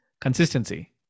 consistency